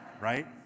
right